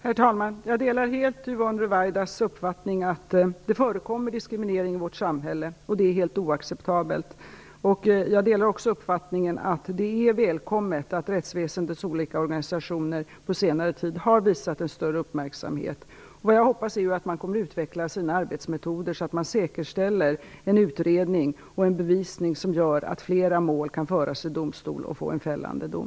Herr talman! Jag delar helt Yvonne Ruwaidas uppfattning att det förekommer diskriminering i vårt samhälle och det är helt oacceptabelt. Jag delar också uppfattningen att det är välkommet att rättsväsendets olika organisationer på senare tid har visat en större uppmärksamhet. Det jag hoppas är att man kommer att utveckla sina arbetsmetoder så att man säkerställer en utredning och en bevisning som gör att flera mål kan föras till domstol och få en fällande dom.